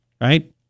Right